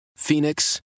Phoenix